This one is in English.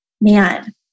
man